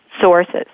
sources